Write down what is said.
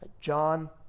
John